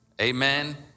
Amen